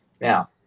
Now